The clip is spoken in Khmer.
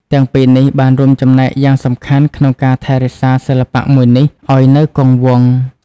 ទាំងពីរនេះបានរួមចំណែកយ៉ាងសំខាន់ក្នុងការថែរក្សាសិល្បៈមួយនេះឱ្យនៅគង់វង្ស។